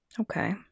Okay